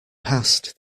passed